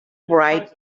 bright